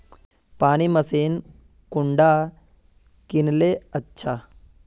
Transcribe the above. पानी मशीन कुंडा किनले अच्छा?